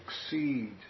succeed